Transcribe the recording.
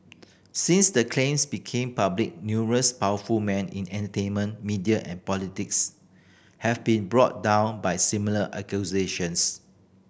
since the claims became public numerous powerful men in entertainment media and politics have been brought down by similar accusations